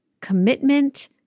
commitment